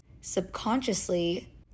subconsciously